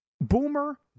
Boomer